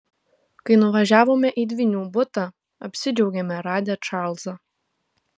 kai nuvažiavome į dvynių butą apsidžiaugėme radę čarlzą